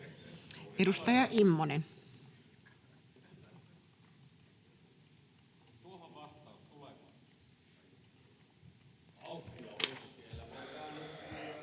Edustaja Immonen.